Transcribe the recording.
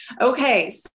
okay